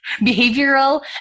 behavioral